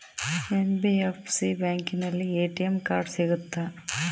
NBFC ಬ್ಯಾಂಕಿನಲ್ಲಿ ATM card ಸಿಗುತ್ತಾ?